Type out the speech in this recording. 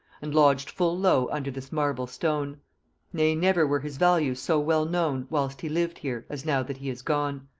and lodged full low under this marble stone ne never were his values so well known whilst he lived here, as now that he is gone.